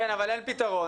כן, אבל אין פתרון.